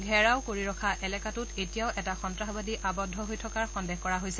ঘেৰাও কৰি ৰখা এলেকাটোত এতিয়াও এটা সন্ত্ৰাসবাদী আৱদ্ধ হৈ থকাৰ সন্দেহ কৰা হৈছে